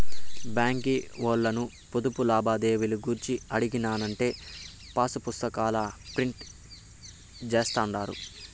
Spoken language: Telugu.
బాంకీ ఓల్లను పొదుపు లావాదేవీలు గూర్చి అడిగినానంటే పాసుపుస్తాకాల ప్రింట్ జేస్తుండారు